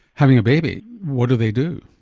having a baby. what do they do?